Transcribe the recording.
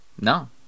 No